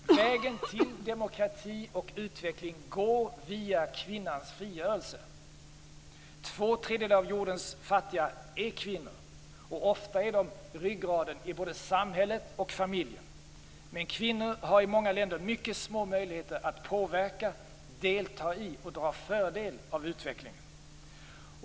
Vägen till demokrati och utveckling går via kvinnans frigörelse. Två tredjedelar av jordens fattiga är kvinnor. Ofta är de ryggraden i både samhället och familjen. Men kvinnor har i många länder mycket små möjligheter att påverka, delta i och dra fördel av utvecklingen.